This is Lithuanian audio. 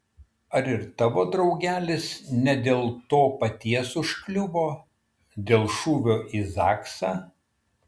ar ir tavo draugelis ne dėl to paties užkliuvo dėl šūvio į zaksą